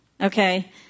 okay